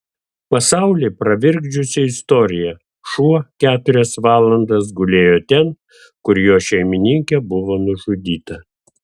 pasaulį pravirkdžiusi istorija šuo keturias valandas gulėjo ten kur jo šeimininkė buvo nužudyta